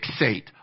fixate